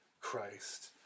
Christ